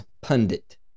Pundit